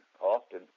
often